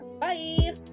bye